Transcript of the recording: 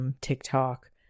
TikTok